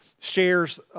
shares